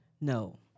No